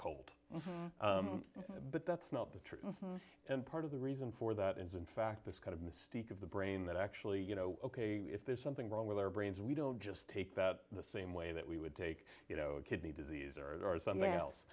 cold but that's not the truth and part of the reason for that is in fact this kind of mystique of the brain that actually you know if there's something wrong with our brains we don't just take that the same way that we would take you know a kidney disease or something else